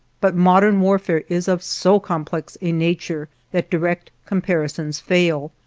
but modern warfare is of so complex a nature that direct comparisons fail,